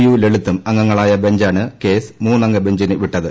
U ലളിതും അംഗങ്ങളായ ബെഞ്ചാണ് കേസ് മൂന്നംഗ ബെഞ്ചിന് വിട്ടത്